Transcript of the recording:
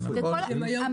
נכון?